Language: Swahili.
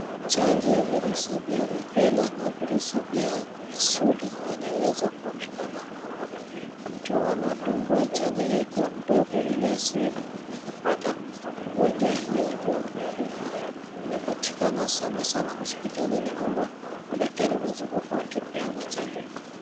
Chanjo ya virusi vya rubella na virusi vya misuli yanaweza kuonekana hapa. Mtu anadungwa chanjo hii akiwa mdogo ili asiwe ni mwenye kupata ugonjwa hio akiwa mkubwa. Inapatikana sanasana hospitalini ama madaktari wanazunguka wakipeana chanjo hii.